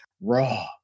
raw